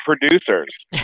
producers